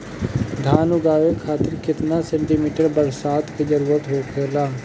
धान उगावे खातिर केतना सेंटीमीटर बरसात के जरूरत होखेला?